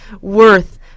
worth